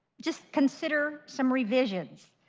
just consider some revisions.